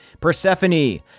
Persephone